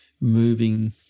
moving